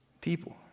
people